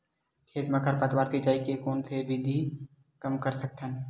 खेत म खरपतवार सिंचाई के कोन विधि से कम कर सकथन?